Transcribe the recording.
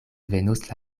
venos